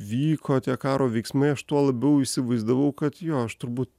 vyko tie karo veiksmai aš tuo labiau įsivaizdavau kad jo aš turbūt